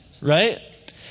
right